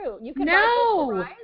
No